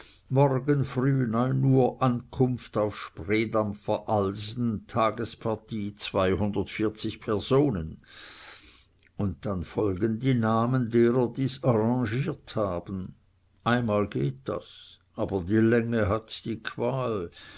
morgen früh neun uhr ankunft auf spreedampfer alsen tagespartie personen und dann folgen die namen derer die's arrangiert haben einmal geht das aber die länge hat die qual